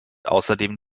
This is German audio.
außerdem